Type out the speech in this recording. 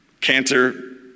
Cancer